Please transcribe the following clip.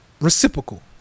reciprocal